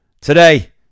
Today